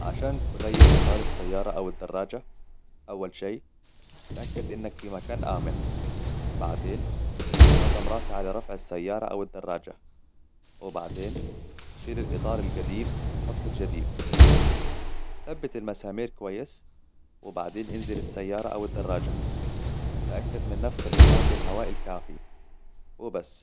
عشان تغير إطار السيارة أو الدراجة، أول شيء، تأكد إنك في مكان آمن. بعدين، استخدم رافع لرفع السيارة أو الدراجة. وبعدين، شيل الإطار القديم وحط الجديد. ثبت المسامير كويس، وبعدين انزل السيارة أو الدراجة. تأكد من نفخ الإطار بالهواء الكافي.و بس.